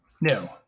No